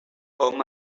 hom